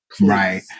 Right